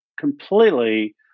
completely